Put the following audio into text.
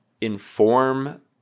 inform